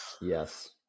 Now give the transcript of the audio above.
Yes